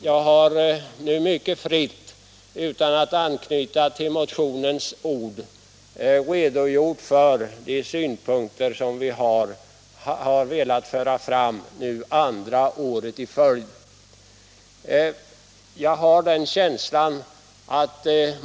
Jag har nu mycket fritt, utan att anknyta till motionens ord, redogjort för de synpunkter som vi har velat föra fram för andra året i följd.